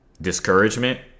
discouragement